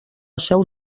seu